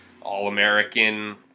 all-American